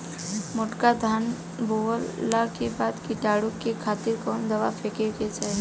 मोटका धान बोवला के बाद कीटाणु के खातिर कवन दावा फेके के चाही?